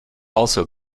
also